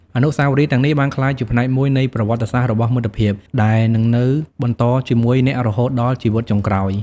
អនុស្សាវរីយ៍ទាំងនេះបានក្លាយជាផ្នែកមួយនៃប្រវត្តិសាស្ត្ររបស់មិត្តភាព ដែលនឹងនៅបន្តជាមួយអ្នករហូតដល់ជីវិតចុងក្រោយ។